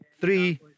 Three